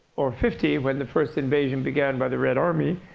or fifty when the first invasion began by the red army,